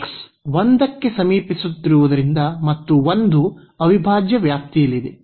x 1 ಕ್ಕೆ ಸಮೀಪಿಸುತ್ತಿರುವುದರಿಂದ ಮತ್ತು 1 ಅವಿಭಾಜ್ಯ ವ್ಯಾಪ್ತಿಯಲ್ಲಿದೆ